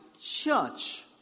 church